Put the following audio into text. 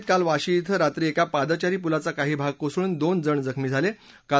नवी मुंबईत काल वाशी इथं रात्री एका पादचारी पुलाचा काही भाग कोसळून दोन जण जखमी झाले